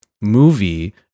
movie